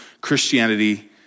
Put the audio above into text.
Christianity